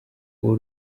uwo